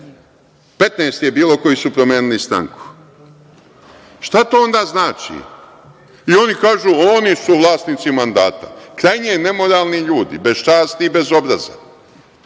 ih je bilo koji su promenili stranku. Šta to onda znači? Oni kažu onda – oni su vlasnici mandata. Krajnje nemoralni ljudi, bez časti i bez obraza.